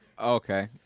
Okay